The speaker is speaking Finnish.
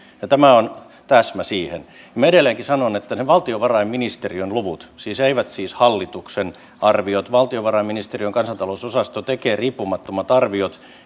ja tämä on täsmä siihen minä edelleenkin sanon että ne valtiovarainministeriön luvut eivät siis hallituksen arviot valtiovarainministeriön kansantalousosasto tekee riippumattomat arviot